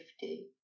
safety